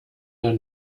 der